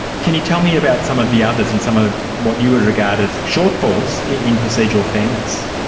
can you tell me about some of the others and some of what you would regard as shortfalls in procedural fairness?